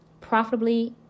profitably